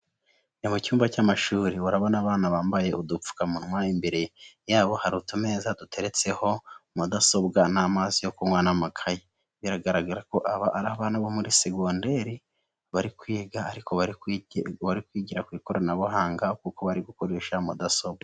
Ni mu cyumba cy'amashuri urabona abana bambaye udupfukamunwa imbere yabo hari utumeza duteretseho mudasobwa n'amazi yo kunywa n'amakayi, biragaragara ko aba ari abana bo muri segonderi, bari kwiga ari bari kwigira ku ikoranabuhanga kuko bari gukoresha mudasobwa.